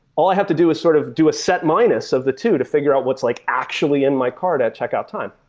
all i have to do is sort of do a set minus of the two to figure out what's like actually in my card at checkout time.